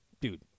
dude